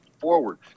forward